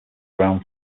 ground